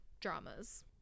dramas